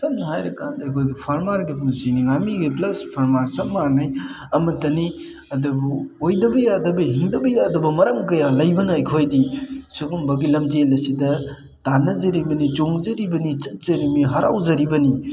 ꯁꯝꯅ ꯍꯥꯏꯔꯀꯥꯟꯗ ꯑꯩꯈꯣꯏꯒꯤ ꯐꯥꯔꯃꯔꯒꯤ ꯄꯨꯟꯁꯤꯅꯤ ꯉꯥꯃꯤ ꯄ꯭ꯂꯁ ꯐꯥꯔꯃꯔ ꯆꯞ ꯃꯥꯟꯅꯩ ꯑꯃꯠꯇꯅꯤ ꯑꯗꯨꯕꯨ ꯑꯣꯏꯗꯕ ꯌꯥꯗꯕ ꯍꯤꯡꯗꯕ ꯌꯥꯗꯕ ꯃꯔꯝ ꯀꯌꯥ ꯂꯩꯕꯅ ꯑꯩꯈꯣꯏꯗꯤ ꯁꯨꯒꯨꯝꯕꯒꯤ ꯂꯝꯖꯦꯜ ꯑꯁꯤꯗ ꯇꯥꯟꯅꯖꯔꯤꯕꯅꯤ ꯆꯣꯡꯖꯔꯤꯕꯅꯤ ꯆꯠꯆꯔꯤꯃꯤ ꯍꯔꯥꯎꯖꯔꯤꯕꯅꯤ